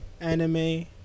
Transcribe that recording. anime